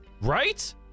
right